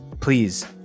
please